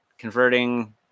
Converting